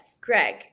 Greg